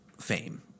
fame